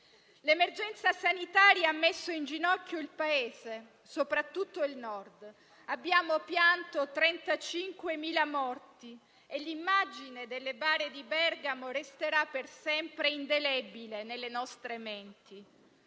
L'emergenza sanitaria ha messo in ginocchio il Paese, soprattutto il Nord. Abbiamo pianto 35.000 morti e l'immagine delle bare di Bergamo resterà per sempre indelebile nelle nostre menti.